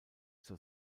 zur